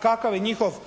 kakav je njihov